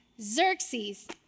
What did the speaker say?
Xerxes